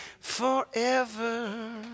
forever